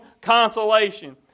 consolation